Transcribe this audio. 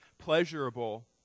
pleasurable